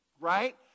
right